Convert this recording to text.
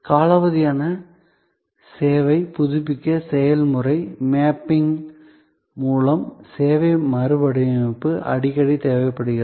காலாவதியான சேவையை புதுப்பிக்க செயல்முறை மேப்பிங் மூலம் சேவை மறுவடிவமைப்பு அடிக்கடி தேவைப்படுகிறது